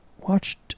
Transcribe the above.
Watched